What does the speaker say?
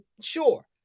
sure